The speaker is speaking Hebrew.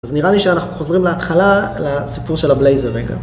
אז נראה לי שאנחנו חוזרים להתחלה לסיפור של הבלייזר רגע.